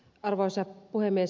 arvoisa puhemies